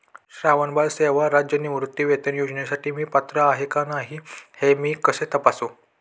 श्रावणबाळ सेवा राज्य निवृत्तीवेतन योजनेसाठी मी पात्र आहे की नाही हे मी कसे तपासू?